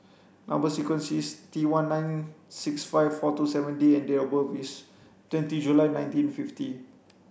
number sequence is T one nine six five four two seven D and date of birth is twenty July nineteen fifty